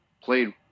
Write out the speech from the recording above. played